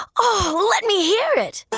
oh, let me hear it.